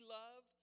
love